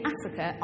Africa